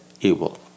evil